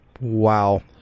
Wow